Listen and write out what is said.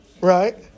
Right